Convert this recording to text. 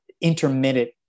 intermittent